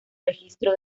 registro